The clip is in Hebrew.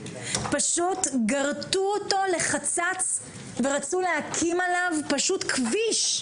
פשוט גרטו אותו לחצץ ורצו להקים עליו כביש,